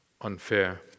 unfair